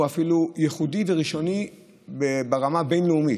הוא אפילו ייחודי וראשוני ברמה הבין-לאומית,